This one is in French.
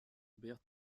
bert